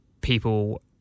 people